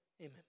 Amen